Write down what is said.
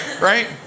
right